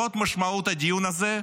זאת משמעות הדיון הזה.